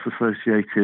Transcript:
associated